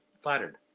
flattered